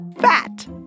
Fat